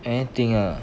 anything ah